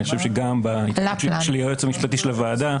אני חושב שגם --- של היועץ המשפטי של הוועדה,